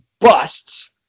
busts